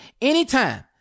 anytime